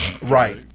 Right